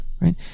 Right